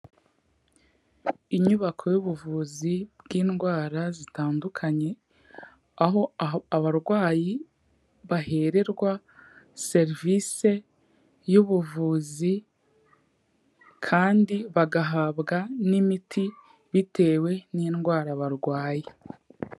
Inyubako y'ubuvuzi bw'indwara zitandukanye, aho aho abarwayi bahererwa serivisi y'ubuvuzi kandi bagahabwa n'imiti bitewe n'indwara barwaye.